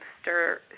stir